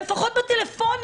אבל לפחות בטלפונים,